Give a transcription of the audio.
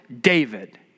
David